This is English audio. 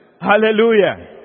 Hallelujah